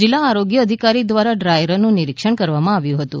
જિલ્લા આરોગ્ય અધિકારી દ્વારા ડ્રાય રનનું નિરીક્ષણ કરવામાં આવ્યુ હતુ